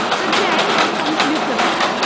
good day, welcome to new plimoth!